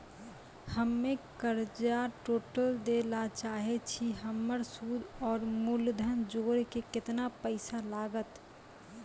हम्मे कर्जा टोटल दे ला चाहे छी हमर सुद और मूलधन जोर के केतना पैसा लागत?